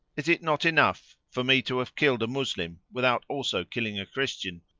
is it not enough for me to have killed a moslem without also killing a christian?